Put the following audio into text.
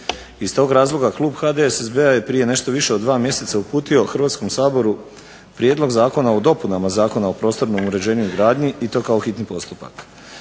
Iz tog razloga klub HDSSB-a je prije nešto više od dva mjeseca uputio Hrvatskom saboru prijedlog zakona o dopunama Zakona o prostornom uređenju i gradnji i to kao hitni postupak.